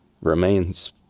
remains